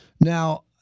Now